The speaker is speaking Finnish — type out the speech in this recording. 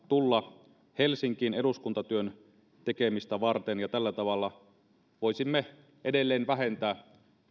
tulla helsinkiin eduskuntatyön tekemistä varten ja tällä tavalla voisimme edelleen vähentää